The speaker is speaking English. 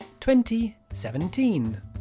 2017